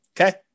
Okay